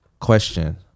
question